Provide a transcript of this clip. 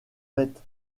bête